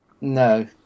no